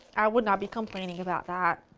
i would not be complaining about that.